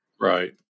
Right